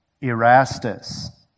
Erastus